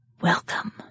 Welcome